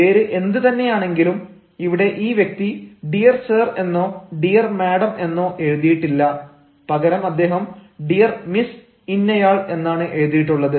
പേര് എന്തു തന്നെയാണെങ്കിലും ഇവിടെ ഈ വ്യക്തി ഡിയർ സർ എന്നോ ഡിയർ മാഡം എന്നോ എഴുതിയിട്ടില്ല പകരം അദ്ദേഹം ഡിയർ മിസ് ഇന്നയാൾ എന്നാണ് എഴുതിയിട്ടുള്ളത്